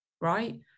right